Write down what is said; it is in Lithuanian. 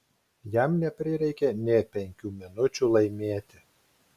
jam neprireikė nė penkių minučių laimėti